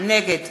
נגד